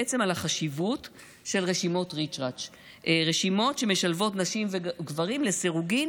החשיבות של רשימות ריצ'רץ' רשימות שמשלבות נשים וגברים לסירוגין,